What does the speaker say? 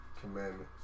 Commandments